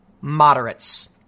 moderates